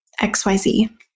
XYZ